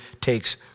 takes